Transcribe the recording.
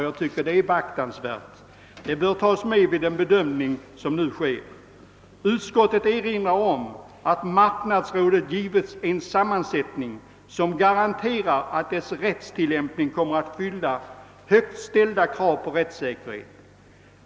Jag tycker att detta är beaktansvärt och att det bör tagas med vid den bedömning som nu sker. Utskottet erinrar om att marknadsrådet har givits en sammansättning som garanterar att dess rättstillämpning kommer att fylla högt ställda krav på rättssäkerhet.